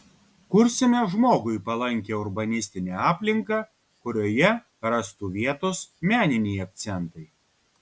kursime žmogui palankią urbanistinę aplinką kurioje rastų vietos meniniai akcentai